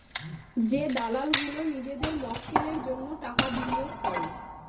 যে দালাল গুলো নিজেদের মক্কেলের জন্য টাকা বিনিয়োগ করে